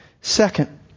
Second